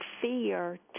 fear